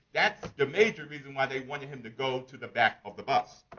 that's the major reason why they wanted him to go to the back of the bus.